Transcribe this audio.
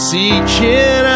Seeking